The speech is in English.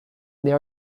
they